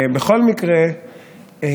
בכל מקרה,